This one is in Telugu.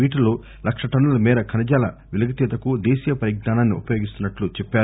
వీటిలో లక్ష టన్నుల మేర ఖనిజాల వెలికితీతకు దేశీయ పరిజ్ఞానాన్ని ఉపయోగిస్తున్నట్లు ఆయన చెప్పారు